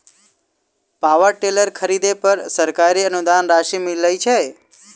Power tiller खरीदे पर सरकारी अनुदान राशि मिलय छैय?